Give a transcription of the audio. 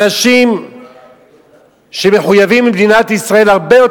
אנשים שמחויבים למדינת ישראל הרבה יותר